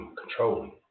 controlling